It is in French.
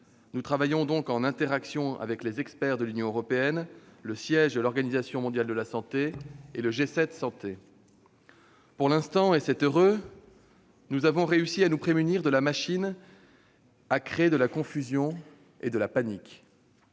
Nous travaillons donc en interaction avec les experts de l'Union européenne, le siège de l'Organisation mondiale de la santé (OMS) et le G7 santé. Pour l'instant, et c'est heureux, nous avons réussi à nous prémunir de la machine à créer de la confusion et de la panique.